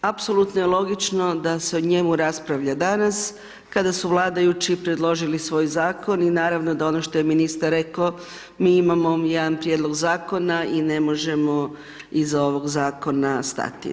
Apsolutno je logično da se o njemu raspravlja danas, kada su vladajući predložili svoj zakon i naravno da ono što je ministar reko mi imamo jedan prijedlog zakona i ne možemo iza ovog zakona stati.